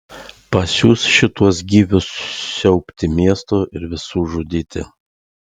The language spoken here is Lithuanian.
pasiųs šituos gyvius siaubti miesto ir visų žudyti